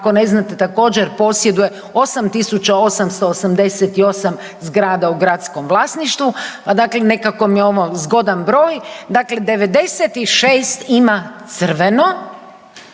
ako ne znate, također posjeduje 8888 zgrada u gradskom vlasništvu, a dakle i nekako mi je ovo zgodan broj, dakle 96 ima crveno,